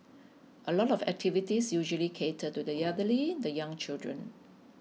a lot of activities usually cater to the elderly the young children